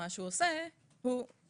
מה שהוא עושה, הוא מנכה